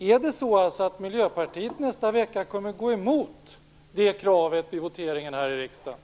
Är det alltså så att Miljöpartiet i nästa vecka kommer att gå emot detta krav vid voteringen här i riksdagen?